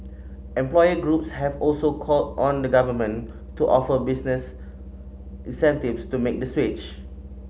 employer groups have also called on the Government to offer business incentives to make the switch